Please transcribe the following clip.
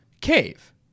cave